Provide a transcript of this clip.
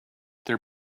their